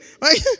right